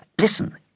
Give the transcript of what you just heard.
Listen